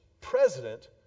president